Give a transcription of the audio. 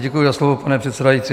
Děkuji za slovo, pane předsedající.